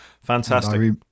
Fantastic